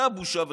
אתה בושה וחרפה.